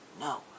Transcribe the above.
No